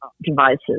devices